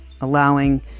allowing